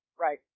Right